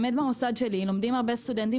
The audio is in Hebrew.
באמת במוסד שלי לומדים הרבה סטודנטים